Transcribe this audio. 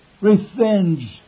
revenge